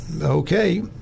okay